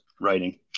writing